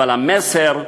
אבל המסר: